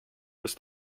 ist